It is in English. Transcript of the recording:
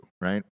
right